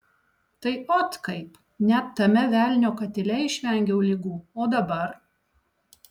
tai ot kaip net tame velnio katile išvengiau ligų o dabar